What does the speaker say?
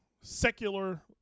secular